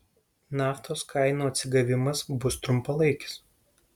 naftos kainų atsigavimas bus trumpalaikis